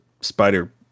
spider